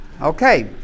Okay